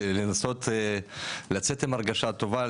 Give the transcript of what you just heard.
לנסות לצאת עם הרגשה טובה,